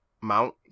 mount